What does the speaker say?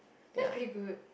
that's pretty good